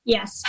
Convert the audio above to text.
Yes